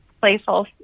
playful